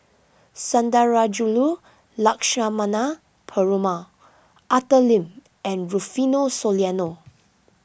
Sundarajulu Lakshmana Perumal Arthur Lim and Rufino Soliano